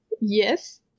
yes